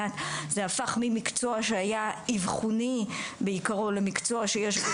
זה הפך ממקצוע שהיה אבחוני בעיקרו למקצוע שיש בו